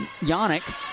Yannick